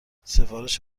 سفارش